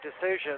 decision